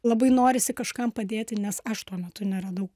labai norisi kažkam padėti nes aš tuo metu neradau